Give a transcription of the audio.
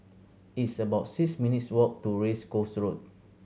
it's about six minutes' walk to Race Course Road